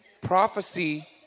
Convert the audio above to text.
Prophecy